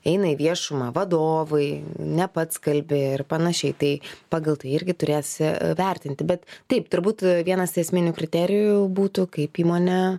eina į viešumą vadovai ne pats kalbi ir panašiai tai pagal tai irgi turėsi vertinti bet taip turbūt vienas esminių kriterijų būtų kaip įmonė